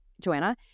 joanna